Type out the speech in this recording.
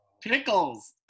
Pickles